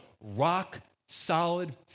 rock-solid